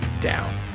down